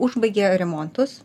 užbaigė remontus